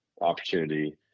opportunity